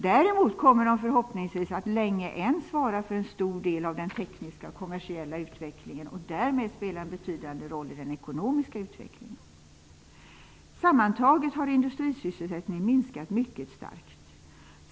Däremot kommer de förhoppningsvis att länge än svara för en stor del av den tekniska och kommersiella utvecklingen och därmed spela en betydande roll i den ekonomiska utvecklingen. Sammantaget har industrisysselsättningen minskat mycket starkt.